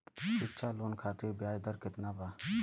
शिक्षा लोन खातिर ब्याज दर केतना बा?